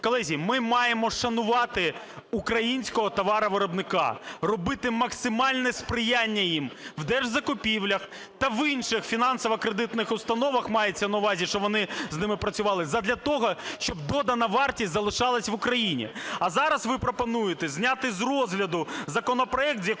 Колеги, ми маємо шанувати українського товаровиробника, робити максимальне сприяння їм в держзакупівлях та в інших фінансово-кредитних установах, мається на увазі, що вони з ними працювали, задля того, щоб додана вартість залишалась в Україні. А зараз ви пропонуєте зняти з розгляду законопроект,